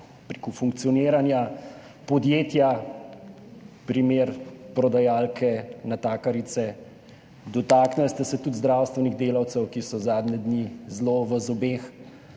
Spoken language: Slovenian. glede funkcioniranja podjetja, primer prodajalke, natakarice. Dotaknili ste se tudi zdravstvenih delavcev, ki so zadnje dni zelo v zobeh,